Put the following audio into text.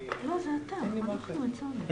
ה-3 באוגוסט 2020,